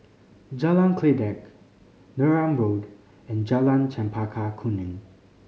Jalan Kledek Neram Road and Jalan Chempaka Kuning